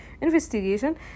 Investigation